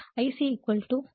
எனவே Ic 0